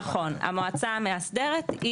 נכון, המועצה המאסדרת.